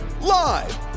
live